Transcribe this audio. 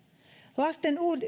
lasten